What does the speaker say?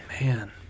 Man